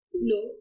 No